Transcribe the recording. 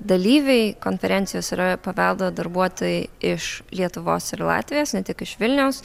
dalyviai konferencijos yra paveldo darbuotojai iš lietuvos ir latvijos ne tik iš vilniaus